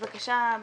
בבקשה,